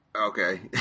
Okay